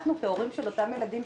אנחנו כהורים של אותם ילדים,